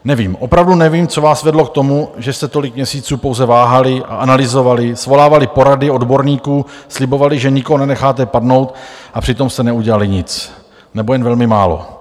Nevím, opravdu nevím, co vás vedlo k tomu, že jste tolik měsíců pouze váhali a analyzovali, svolávali porady odborníků, slibovali, že nikoho nenecháte padnout, a přitom jste neudělali nic nebo jen velmi málo.